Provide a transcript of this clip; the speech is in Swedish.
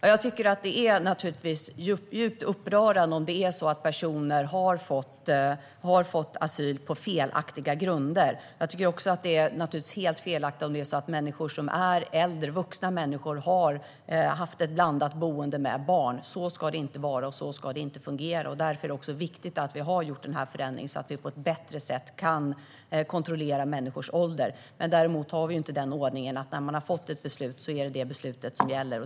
Herr talman! Jag tycker naturligtvis att det är djupt upprörande om personer har fått asyl på felaktiga grunder. Jag tycker naturligtvis också att det är helt felaktigt om vuxna människor har bott blandat med barn. Så ska det inte vara, och så ska det inte fungera. Därför är det viktigt att vi har gjort denna förändring, så att vi på ett bättre sätt kan kontrollera människors ålder. Däremot har vi ordningen att när man har fått ett beslut är det detta beslut som gäller.